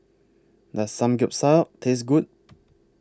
Does Samgeyopsal Taste Good